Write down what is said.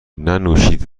ننوشید